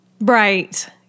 Right